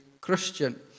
Christian